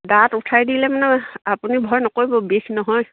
দাঁত উঠাই দিলে মানে আপুনি ভয় নকৰিব বিষ নহয়